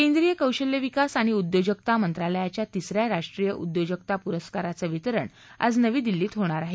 केंद्रीय कौशल्य विकास आणि उद्योजकता मंत्रालयाच्या तिस या राष्ट्रीय उद्योजकता पुरस्कराचं वितरण आज नवी दिल्लीत होणार आहे